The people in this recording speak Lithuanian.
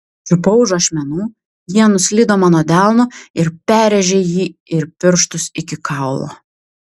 čiupau už ašmenų jie nuslydo mano delnu ir perrėžė jį ir pirštus iki kaulo